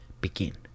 begin